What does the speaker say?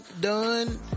done